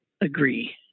agree